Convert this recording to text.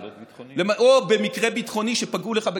מסיבות ביטחוניות.